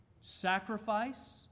sacrifice